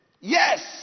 Yes